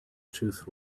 tooth